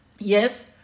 Yes